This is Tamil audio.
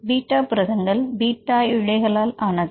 பீட்டா புரதங்கள் பீட்டா இழைகளால் ஆனது